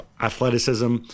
athleticism